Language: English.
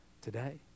today